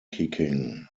kicking